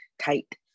tight